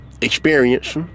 experience